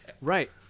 Right